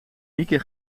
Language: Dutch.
mieke